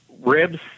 ribs